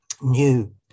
new